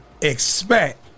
expect